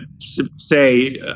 say